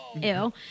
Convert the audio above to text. Ew